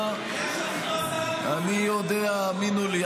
------ אני יודע, האמינו לי.